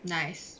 nice